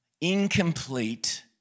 incomplete